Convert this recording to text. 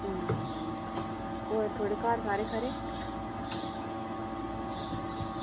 अं होर थुआढ़े घर सारे खरे